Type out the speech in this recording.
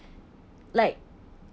like